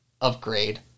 upgrade